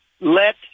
Let